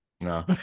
No